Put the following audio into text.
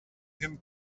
him